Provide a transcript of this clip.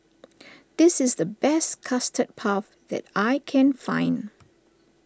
this is the best Custard Puff that I can find